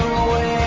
away